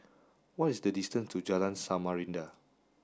what is the distance to Jalan Samarinda